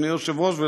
אדוני היושב-ראש,